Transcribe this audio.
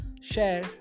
share